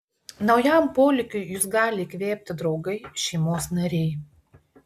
naujam polėkiui jus gali įkvėpti draugai šeimos nariai